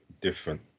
different